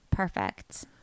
Perfect